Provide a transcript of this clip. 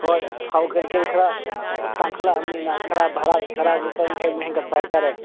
ꯍꯣꯏ ꯊꯥꯎ ꯀꯔꯤ ꯀꯔꯤ ꯈꯔ ꯇꯥꯡꯈꯠꯂꯛꯑꯕꯅꯤꯅ ꯈꯔ ꯚꯥꯔꯥꯁꯦ ꯈꯔ ꯂꯨꯄꯥ ꯌꯥꯡꯈꯩꯃꯨꯛ ꯍꯦꯟꯒꯠꯄ ꯍꯥꯏꯇꯔꯦ